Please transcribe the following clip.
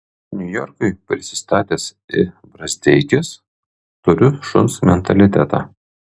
niujorkui prisistatęs i brazdeikis turiu šuns mentalitetą